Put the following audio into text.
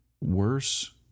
worse